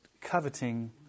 coveting